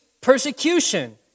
persecution